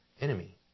enemy